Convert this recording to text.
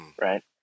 right